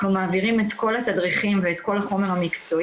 אנחנו מעבירים את כל התדריכים ואת כל החומר המקצועי